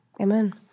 Amen